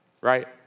right